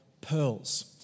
pearls